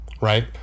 Right